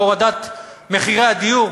בהורדת מחירי הדיור,